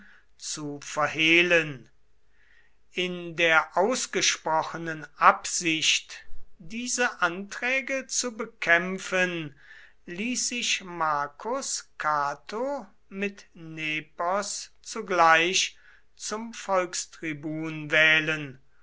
zu verhehlen in der ausgesprochenen absicht diese anträge zu bekämpfen ließ sich marcus cato mit nepos zugleich zum volkstribun wählen